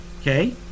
Okay